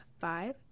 five